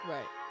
Right